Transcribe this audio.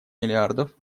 миллиардов